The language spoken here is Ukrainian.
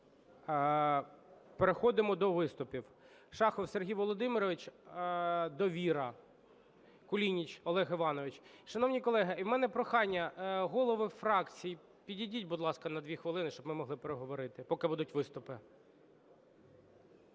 Переходимо до виступів. Шахов Сергій Володимирович, "Довіра". Кулініч Олег Іванович. Шановні колеги, і в мене прохання: голови фракцій, підійдіть, будь ласка, на дві хвилини, щоб ми могли переговорити, поки будуть виступи.